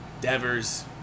Devers